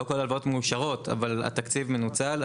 לא כל ההלוואות מאושרות, אבל התקציב מנוצל.